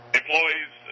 employees